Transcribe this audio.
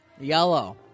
Yellow